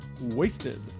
Wasted